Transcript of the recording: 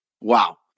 Wow